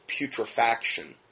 putrefaction